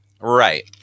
Right